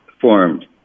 formed